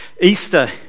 Easter